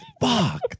Fuck